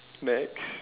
next